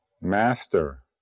Master